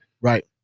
Right